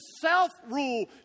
self-rule